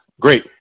great